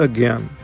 Again